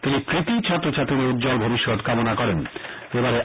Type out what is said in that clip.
তিনি কৃতি ছাত্রছাত্রীদের উজ্বল ভবিষ্যত কামনা করেন